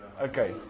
Okay